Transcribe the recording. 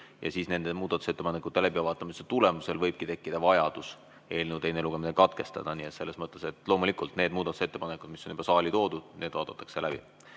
vaadatakse muudatusettepanekud läbi ja nende läbivaatamise tulemusel võibki tekkida vajadus eelnõu teine lugemine katkestada. Nii et selles mõttes, loomulikult need muudatusettepanekud, mis on juba saali toodud, vaadatakse läbi.